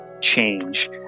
change